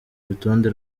urutonde